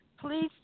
please